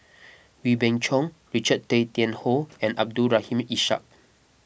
Wee Beng Chong Richard Tay Tian Hoe and Abdul Rahim Ishak